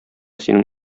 синең